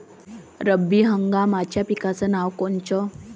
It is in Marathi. रब्बी हंगामाच्या पिकाचे नावं कोनचे?